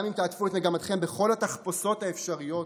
גם אם תעטפו את מגמתכם בכל התחפושות האפשריות,